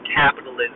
capitalism